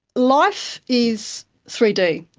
life is three d,